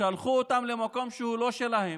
שלחו אותם למקום שהוא לא שלהם.